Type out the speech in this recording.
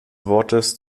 wortes